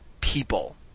people